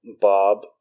Bob